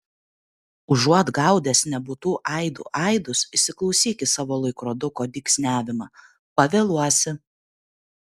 užuot gaudęs nebūtų aidų aidus įsiklausyk į savo laikroduko dygsniavimą pavėluosi